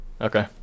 okay